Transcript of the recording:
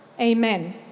Amen